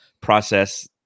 process